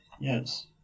yes